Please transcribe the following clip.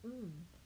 hmm